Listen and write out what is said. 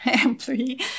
employee